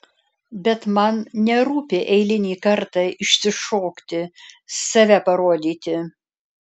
bet man nerūpi eilinį kartą išsišokti save parodyti